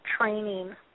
training